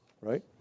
Right